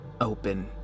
open